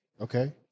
Okay